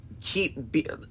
keep